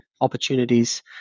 opportunities